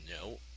No